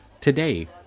Today